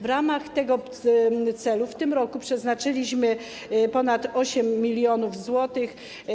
W ramach tego celu w tym roku przeznaczyliśmy ponad 8 mln zł.